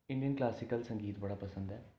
Indian classical संगीत बड़ा पसंद ऐ